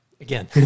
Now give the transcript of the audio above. again